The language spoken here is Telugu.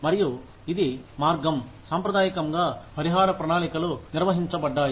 మరియు ఇది మార్గం సాంప్రదాయకంగా పరిహార ప్రణాళికలు నిర్వహించబడ్డాయి